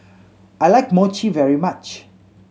I like Mochi very much